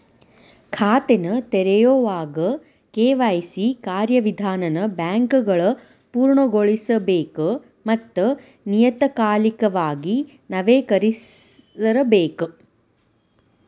ಖಾತೆನ ತೆರೆಯೋವಾಗ ಕೆ.ವಾಯ್.ಸಿ ಕಾರ್ಯವಿಧಾನನ ಬ್ಯಾಂಕ್ಗಳ ಪೂರ್ಣಗೊಳಿಸಬೇಕ ಮತ್ತ ನಿಯತಕಾಲಿಕವಾಗಿ ನವೇಕರಿಸ್ತಿರಬೇಕ